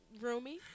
roomy